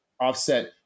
offset